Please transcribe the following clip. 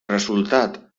resultat